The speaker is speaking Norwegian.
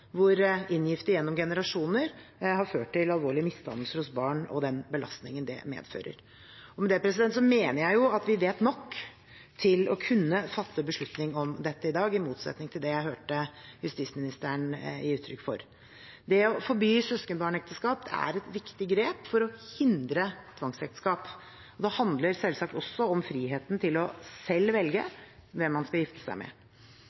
inngifte gjennom generasjoner har ført til alvorlige misdannelser hos barn og den belastningen det medfører. Med det mener jeg at vi vet nok til å kunne fatte en beslutning om dette i dag, i motsetning til det jeg hørte justisministeren gi uttrykk for. Det å forby søskenbarnekteskap er et viktig grep for å hindre tvangsekteskap, men det handler selvsagt også om friheten til selv å velge hvem man skal gifte seg med.